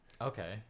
okay